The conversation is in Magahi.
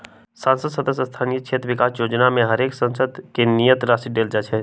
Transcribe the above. संसद सदस्य स्थानीय क्षेत्र विकास जोजना में हरेक सांसद के नियत राशि देल जाइ छइ